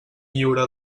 lliure